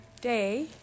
day